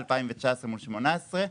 2019 מול 2018,